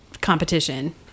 competition